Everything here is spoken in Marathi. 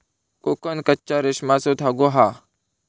कोकन कच्च्या रेशमाचो धागो हा